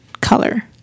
color